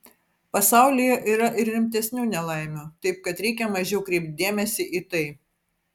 pasaulyje yra ir rimtesnių nelaimių taip kad reikia mažiau kreipt dėmesį į tai